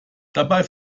dabei